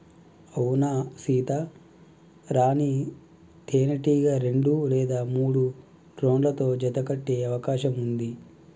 అవునా సీత, రాణీ తేనెటీగ రెండు లేదా మూడు డ్రోన్లతో జత కట్టె అవకాశం ఉంది